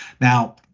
Now